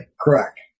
Correct